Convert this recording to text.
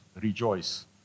rejoice